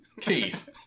Keith